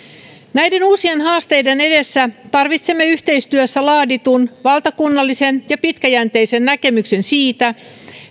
näiden uusien haasteiden edessä tarvitsemme yhteistyössä laaditun valtakunnallisen ja pitkäjänteisen näkemyksen siitä